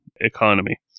economy